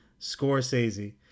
Scorsese